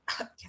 Okay